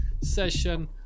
session